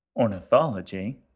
Ornithology